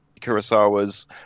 Kurosawa's